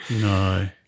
No